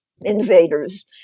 invaders